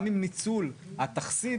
גם עם ניצול התכסית,